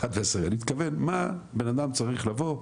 מה בן אדם צריך לעשות?